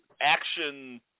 action